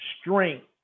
Strength